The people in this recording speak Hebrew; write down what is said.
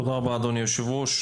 תודה רבה אדוני היושב-ראש.